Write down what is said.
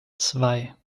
zwei